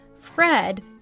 Fred